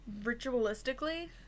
ritualistically